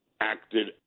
acted